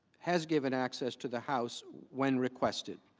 has given access to the house when requested?